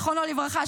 זיכרונו לברכה,